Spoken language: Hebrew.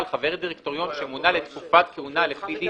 אבל חבר דירקטוריון שמונה לתקופת כהונה לפי דין,